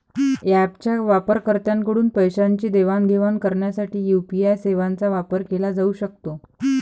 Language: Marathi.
ऍपच्या वापरकर्त्यांकडून पैशांची देवाणघेवाण करण्यासाठी यू.पी.आय सेवांचा वापर केला जाऊ शकतो